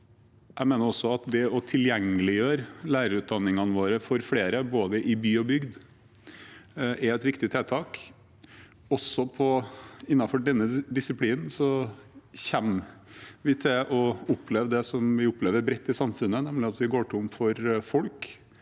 jeg mener også at det å tilgjengeliggjøre lærerutdanningene våre for flere, både i by og i bygd, er et viktig tiltak. Også innenfor denne disiplinen kommer vi til å oppleve det som vi opplever bredt i samfunnet, nemlig at vi går tom for folk